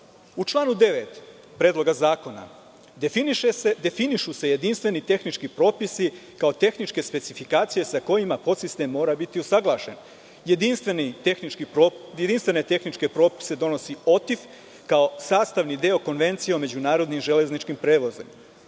članu 9. Predloga zakona definišu se jedinstveni tehnički propisi kao tehničke specifikacije sa kojima podsistem mora biti usaglašen. Jedinstvene tehničke propise donosi OTIF kao sastavni deo Konvencije o međunarodnim železničkim prevozom.